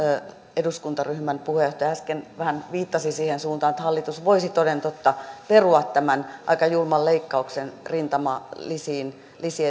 eduskuntaryhmän puheenjohtaja äsken vähän viittasi siihen suuntaan että hallitus voisi toden totta perua tämän aika julman leikkauksen rintamalisien